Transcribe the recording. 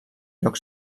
lloc